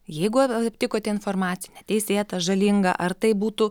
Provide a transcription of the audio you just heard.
jeigu aptikote informaciją neteisėtą žalingą ar tai būtų